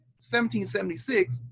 1776